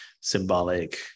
symbolic